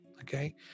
okay